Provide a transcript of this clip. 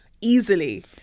easily